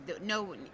no